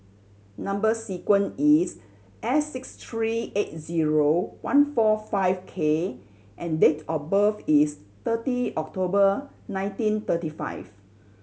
number sequence is S six three eight zero one four five K and date of birth is thirty October nineteen thirty five